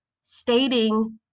stating